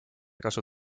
kasu